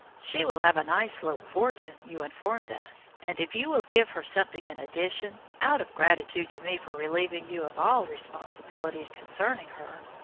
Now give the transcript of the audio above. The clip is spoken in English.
she will have a nice little fortune, you informed us, and if you will give her something in addition, out of gratitude to me for relieving you of all responsibility concerning her,